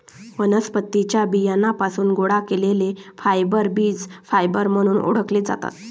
वनस्पतीं च्या बियांपासून गोळा केलेले फायबर बीज फायबर म्हणून ओळखले जातात